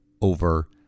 over